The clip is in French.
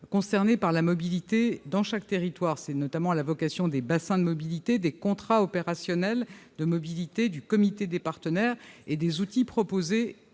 concernés par la mobilité dans chaque territoire. C'est notamment la vocation des bassins de mobilité, des contrats opérationnels de mobilité, du comité des partenaires et des évolutions proposées